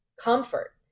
comfort